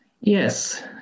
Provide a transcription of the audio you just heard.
Yes